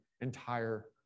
entire